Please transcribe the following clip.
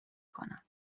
کنم